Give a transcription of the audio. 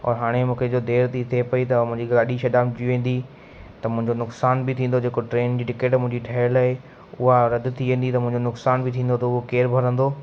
औरि हाणे मूंखे जो देरि थी थिए पई त मुंहिंजी गाॾी छॾामिजी वेंदी त मुंहिंजो नुक़सान बि थींदो जेको ट्रेन जी टिकट मुंहिंजी ठहियलु आहे उहा रद थी वेंदी त मुंहिंजो नुक़सान बि थींदो त उहो केरु भरंदो